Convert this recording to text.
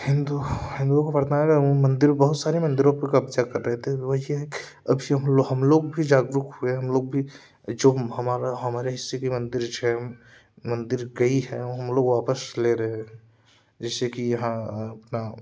हिंदू हिंदू मंदिर बहुत सारे मंदिरों को कब्ज़ा कर रहे थे हुआ यह अभी हम हम लोग भी जागरूक हुए हम लोग भी जो हमारा हमारे हिस्से की मंदिर है मंदिर गई है हम लोग वापस ले रहे हैं जैसे कि यहाँ